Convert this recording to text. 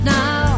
now